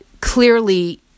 clearly